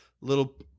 little